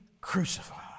crucified